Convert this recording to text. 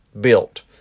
built